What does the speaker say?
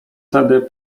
tedy